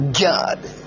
god